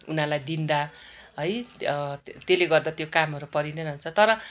उनारलाई दिन्दा है तेल्ले गर्दा त्यो कामहरू परि नै रहन्छ तर